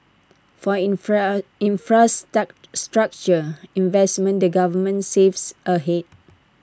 for structure investments the government saves ahead